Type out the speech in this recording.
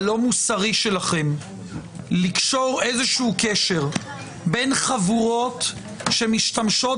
הלא-מוסרי שלכם לקשור קשר בין חבורות שמשתמשות